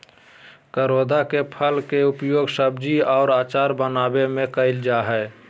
करोंदा के फल के उपयोग सब्जी और अचार बनावय में कइल जा हइ